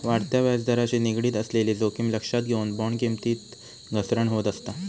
वाढत्या व्याजदराशी निगडीत असलेली जोखीम लक्षात घेऊन, बॉण्ड किमतीत घसरण होत असता